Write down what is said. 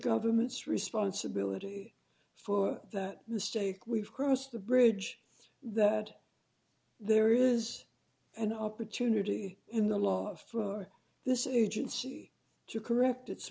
government's responsibility for that mistake we've crossed the bridge that there is an opportunity in the last for this engine to correct it